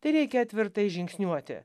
tereikia tvirtai žingsniuoti